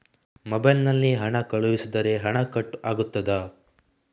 Mobile ನಲ್ಲಿ ಹಣ ಕಳುಹಿಸಿದರೆ ಹಣ ಕಟ್ ಆಗುತ್ತದಾ?